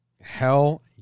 Hell